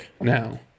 now